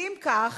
כי אם כך,